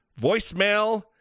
Voicemail